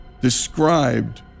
described